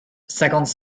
cinquante